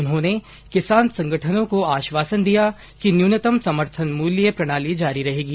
उन्होंने किसान संगठनों को आश्वासन दिया कि न्यूनतम समर्थन मूल्य एमएसपी प्रणाली जारी रहेगा